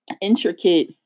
intricate